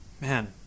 Man